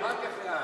אחר כך לאן.